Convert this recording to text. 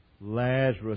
Lazarus